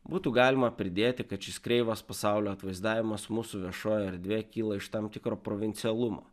būtų galima pridėti kad šis kreivas pasaulio atvaizdavimas mūsų viešojoje erdvėj kyla iš tam tikro provincialumo